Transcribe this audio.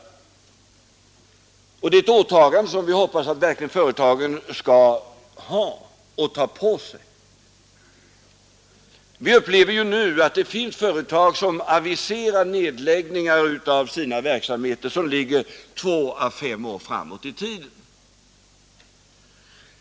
Det är ett åtagande som vi hoppas att företagen verkligen skall ta på sig. Vi upplever ju nu att det finns företag som aviserar nedläggningar av sina verksamheter två å fem år framåt i tiden.